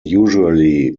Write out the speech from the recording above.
usually